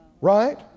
Right